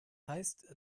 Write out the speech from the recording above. heißt